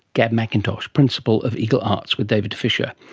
gab mcintosh, principal of eagle arts, with david fisher,